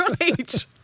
right